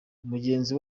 mugenzi